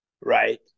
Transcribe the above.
right